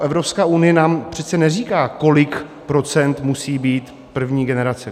Evropská unie nám přece neříká, kolik procent musí být první generace.